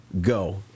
Go